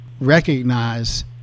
recognize